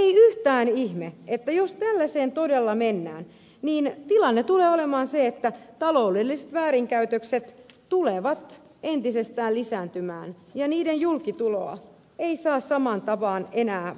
ei yhtään ihme että jos tällaiseen todella mennään niin tilanne tulee olemaan se että taloudelliset väärinkäytökset tulevat entisestään lisääntymään ja niiden julkituloa ei saa samaan tapaan enää